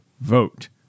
vote